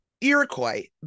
Iroquois